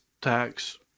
tax